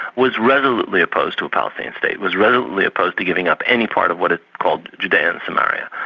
was resolutely opposed to a palestinian state, was resolutely opposed to giving up any part of what it called judaea and samaria.